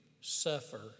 suffer